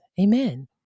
amen